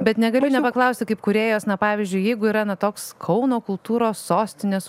bet negaliu nepaklausti kaip kūrėjos na pavyzdžiui jeigu yra na toks kauno kultūros sostinės